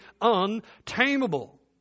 untamable